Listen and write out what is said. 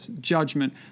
judgment